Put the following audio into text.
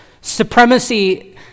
supremacy